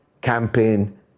campaign